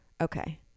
Okay